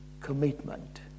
commitment